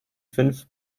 fünf